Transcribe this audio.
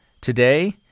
Today